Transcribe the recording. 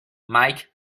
mike